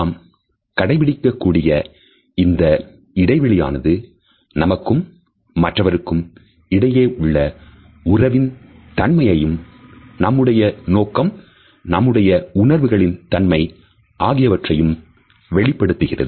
நாம் கடைபிடிக்கக் கூடிய இந்த இடைவெளியானது நமக்கும் மற்றவருக்கும் இடையே உள்ள உறவின் தன்மையும் நம்முடைய நோக்கம் நம்முடைய உணர்வுகளின் தன்மை ஆகியவற்றையும் வெளிப்படுத்துகிறது